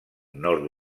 nord